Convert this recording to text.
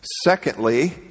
Secondly